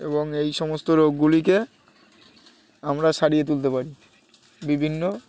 এবং এই সমস্ত রোগগুলিকে আমরা সারিয়ে তুলতে পারি বিভিন্ন